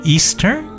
，Eastern 、